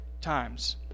times